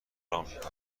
آمریکا